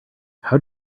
how